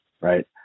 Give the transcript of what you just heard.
right